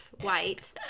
white